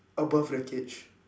above the cage